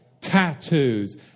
tattoos